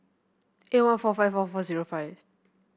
eight one four five four four zero five